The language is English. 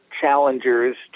challengers